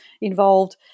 involved